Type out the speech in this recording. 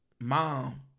mom